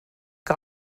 que